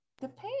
Depends